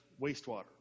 wastewater